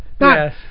Yes